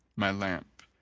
my lamp,